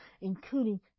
including